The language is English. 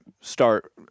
start